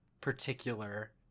particular